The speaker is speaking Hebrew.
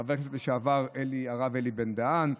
חבר הכנסת לשעבר הרב אלי בן דהן,